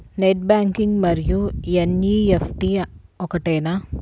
Net banking మరియు NEFT ఒకటేనా?